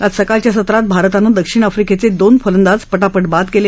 आज सकाळच्या सत्रात भारतान दक्षिण अफ्रिकेचे दोन फलंदाज पटापट बाद केले